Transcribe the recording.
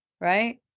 right